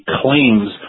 claims